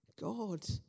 God